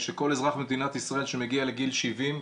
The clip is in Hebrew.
שכל אזרח במדינת ישראל שמגיע לגיל 70,